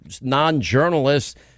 non-journalists